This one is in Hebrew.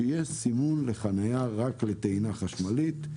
ושיהיה סימון לחניה שהיא רק לטעינה חשמלית.